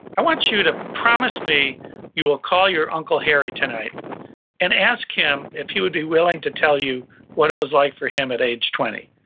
i want you to promise me you will call your uncle harry tonight and ask him if he would be willing to tell you what it was like for him at age twenty.